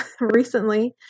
Recently